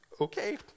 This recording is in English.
okay